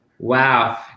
Wow